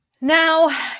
Now